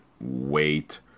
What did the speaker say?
wait